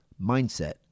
mindset